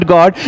God